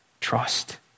trust